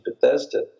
Bethesda